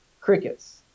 crickets